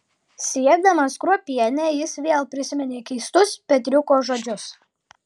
srėbdamas kruopienę jis vėl prisiminė keistus petriuko žodžius